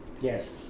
yes